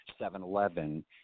7-Eleven